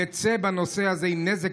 נצא בנושא הזה עם נזק,